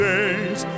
Days